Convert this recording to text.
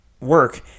work